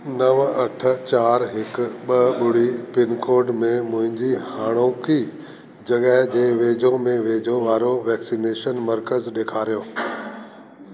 नव अठ चारि हिकु ॿ ॿुड़ी पिनकोड में मुंहिंजी हाणोकी जॻह जे वेझो में वेझो वारो वैक्सनेशन मर्कज़ ॾेखारियो